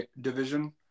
division